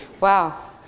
wow